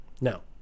Now